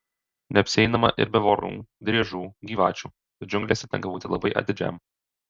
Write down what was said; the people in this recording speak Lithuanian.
neapsieinama ir be vorų driežų gyvačių tad džiunglėse tenka būti labai atidžiam